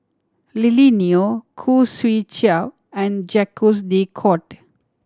Lily Neo Khoo Swee Chiow and Jacques De Coutre